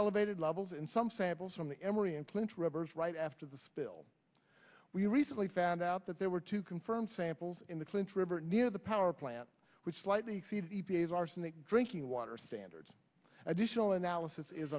elevated levels in some samples from the emery and clint rivers right after the spill we recently found out that there were two confirmed samples in the clinton river near the power plant which slightly exceed the e p a is arsenic in drinking water standards additional analysis is